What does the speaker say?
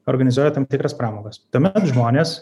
organizuoja tam tikras pramogas tuomet žmonės